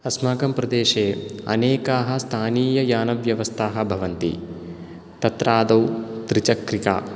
अस्माकं प्रदेशे अनेकाः स्थानीययानव्यवस्थाः भवन्ति तत्रादौ त्रिचक्रिका